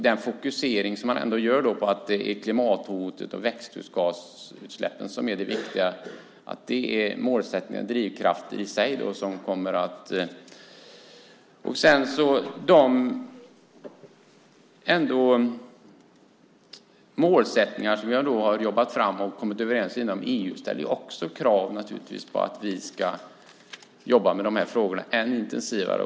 Den fokusering som man ändå gör på klimathotet och växthusgasutsläppen är en viktig drivkraft i sig. De målsättningar som vi har jobbat fram och kommit överens om inom EU ställer krav på oss att jobba med de här frågorna än intensivare.